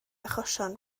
achosion